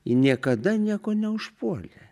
ji niekada nieko neužpuolė